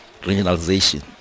regionalization